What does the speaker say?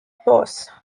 posts